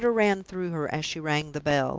a shudder ran through her as she rang the bell.